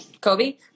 Kobe